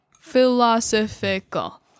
Philosophical